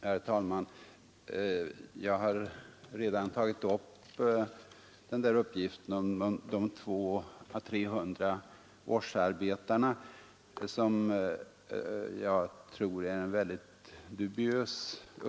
Herr talman! Jag har redan tagit upp den där uppgiften om 200 å 300 årsarbetare som jag finner vara väldigt dubiös.